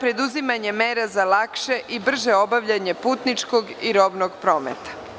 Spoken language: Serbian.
preduzimanje mera za lakše i brže obavljanje putničkog i robnog prometa.